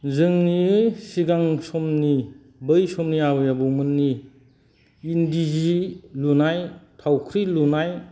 जोंनि सिगां समनि बै समनि आबै आबौमोननि इन्दि जि लुनाय थावख्रि लुनाय